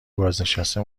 بازنشته